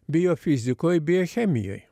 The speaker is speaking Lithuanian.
biofizikoj biochemijoj